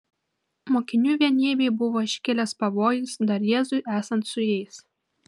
mokinių vienybei buvo iškilęs pavojus dar jėzui esant su jais